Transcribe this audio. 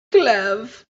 glove